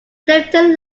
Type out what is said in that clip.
clifton